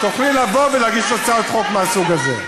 תוכלי לבוא ולהגיש הצעת חוק מהסוג הזה.